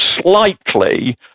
slightly